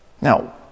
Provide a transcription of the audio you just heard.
Now